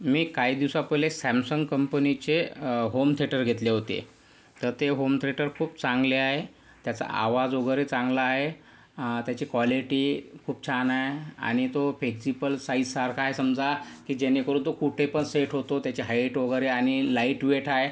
मी काही दिवसापहिले सॅमसंग कंपनीचे होम थेटर घेतले होते तर ते होम थेटर खूप चांगले आहे त्याचा आवाज वगैरे चांगला आहे त्याची क्वालिटी खूप छान आहे आणि तो फ्लेक्झिबल साइजसारखा आहे समजा की जेणेकरून तो कुठे पण सेट होतो त्याचे हाईट वगैरे आणि लाईट वेट आहे